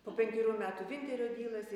po penkerių metų vinterio dylas ir